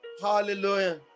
hallelujah